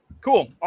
cool